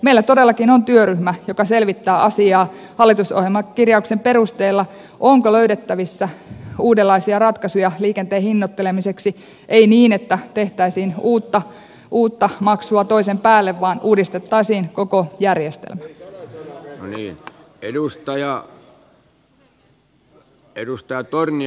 meillä todellakin on työryhmä joka selvittää asiaa hallitusohjelmakirjauksen perusteella on ko löydettävissä uudenlaisia ratkaisuja liikenteen hinnoittelemiseksi ei niin että tehtäisiin uutta maksua toisen päälle vaan uudistettaisiin koko järjestelmä